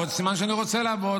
סימן שאני רוצה לעבוד,